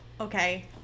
Okay